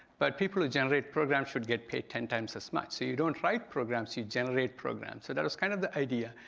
but people who generate programs should get paid ten times as much. so you don't write programs, you generate programs. so that was kind of the idea.